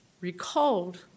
recalled